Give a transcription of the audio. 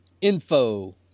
Info